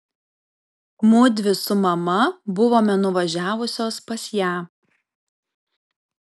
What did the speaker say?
mudvi su mama buvome nuvažiavusios pas ją